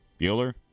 Bueller